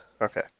Okay